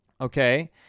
Okay